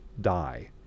die